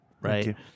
right